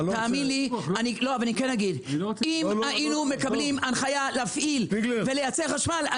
אני אגיד שאם היינו מקבלים הנחיה להפעיל ולייצר חשמל,